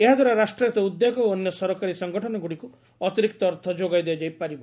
ଏହାଦ୍ୱାରା ରାଷ୍ଟ୍ରାୟତ ଉଦ୍ୟୋଗ ଓ ଅନ୍ୟ ସରକାରୀ ସଂଗଠନଗୁଡ଼ିକୁ ଅତିରିକ୍ତ ଅର୍ଥ ଯୋଗାଇ ଦିଆଯାଇପାରିବ